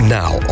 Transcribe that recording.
now